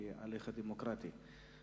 זה ההליך הדמוקרטי.